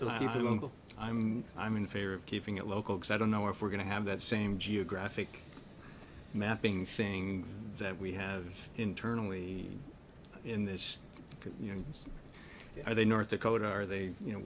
will i'm i'm in favor of keeping it local don't know if we're going to have that same geographic mapping thing that we have internally in this you know are they north dakota are they you know